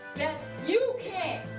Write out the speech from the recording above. yes you can!